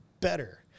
better